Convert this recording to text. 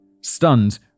Stunned